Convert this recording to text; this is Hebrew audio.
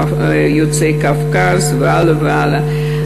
יוצאי קווקז והלאה והלאה.